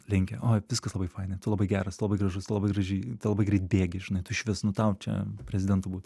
linki oi viskas labai fainai tu labai geras tu labai gražus tu labai gražiai tu labai greit bėgi žinai tu išvis nu tau čia prezidentu būt